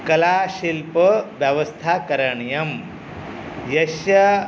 कलाशिल्पव्यवस्था करणीया यस्य